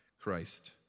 Christ